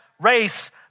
race